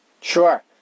Sure